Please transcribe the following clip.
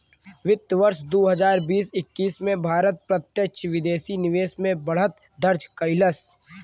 वित्त वर्ष दू हजार बीस एक्कीस में भारत प्रत्यक्ष विदेशी निवेश में बढ़त दर्ज कइलस